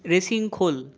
racing খোল